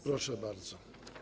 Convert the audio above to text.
Proszę bardzo.